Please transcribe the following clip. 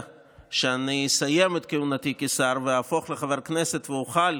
שאני אסיים את כהונתי כשר ואהפוך לחבר כנסת ואוכל